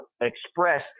express